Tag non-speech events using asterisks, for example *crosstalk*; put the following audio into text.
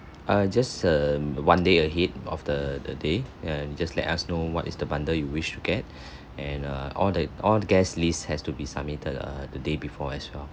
err just a one day ahead of the the day and you just let us know what is the bundle you wish to get *breath* and err all the all the guest list has to be submitted err the day before as well